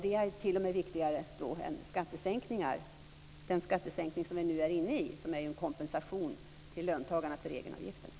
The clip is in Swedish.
Det är t.o.m. viktigare än den skattesänkning som vi nu är inne i som är en kompensation till löntagarna för egenavgifterna.